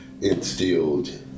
instilled